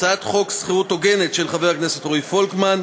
הצעת חוק שכירות הוגנת (הוראת שעה ותיקוני חקיקה),